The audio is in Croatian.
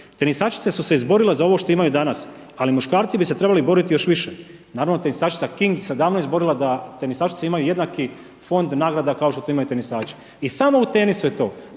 Tenisačice su se izborile za ovo što imaju danas, ali muškarci bi se trebali boriti još više. Naravno tenisačica King se davno izborila da tenisačice imaju jednaki fond nagrada kao što to imaju tenisači i samo u tenisu je to.